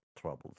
troubles